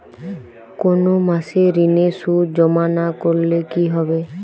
কোনো মাসে ঋণের সুদ জমা না করলে কি হবে?